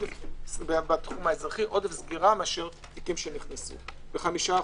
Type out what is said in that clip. עודף סגירה מתחום האזרחי.